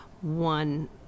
one